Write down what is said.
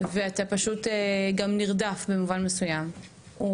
וכשאתה אדם נרדף במובן מסוים,